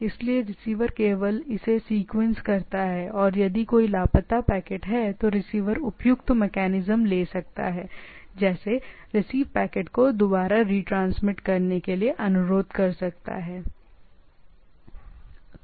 इसलिए रिसीवर केवल इसे सीक्वेंस करता है और यदि कोई लापता पैकेट है तो रिसीवर उपयुक्त मेकैनिज्म ले सकता है जैसे रिसीव पैकेट की दोबारा रिट्रांसमिशन के लिए अनुरोध कर सकता है और इसी तरह आगे भी